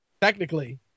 Technically